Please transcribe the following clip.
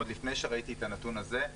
עוד לפני שראיתי את הנתון הזה,